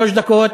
שלוש דקות,